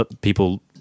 People